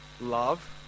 Love